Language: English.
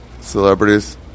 Celebrities